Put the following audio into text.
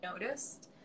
noticed